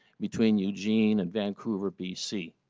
between eugene and vancouver, b c,